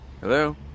Hello